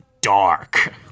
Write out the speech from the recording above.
dark